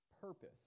purpose